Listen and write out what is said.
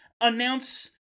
announce